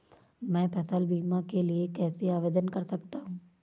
मैं फसल बीमा के लिए कैसे आवेदन कर सकता हूँ?